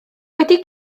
wedi